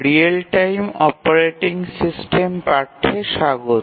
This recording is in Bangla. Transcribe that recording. রিয়েল টাইম অপারেটিং সিস্টেম পাঠ্যে স্বাগত